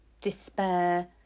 despair